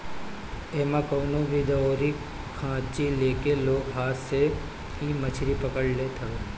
एमे कवनो भी दउरी खाची लेके लोग हाथ से ही मछरी पकड़ लेत हवे